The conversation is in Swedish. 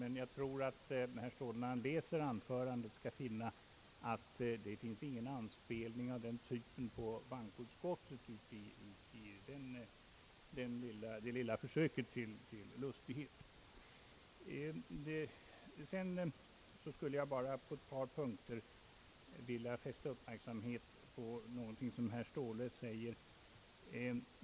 Jag tror emellertid att herr Ståhle, när han läser anförandet, skall upptäcka att det inte finns någon anspelning av den typen på bankoutskotiet i det lilla försöket till lustighet. Jag vill på ett par punkter fästa uppmärksamheten på vad herr Ståhle säger.